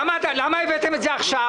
למה הבאתם את זה עכשיו?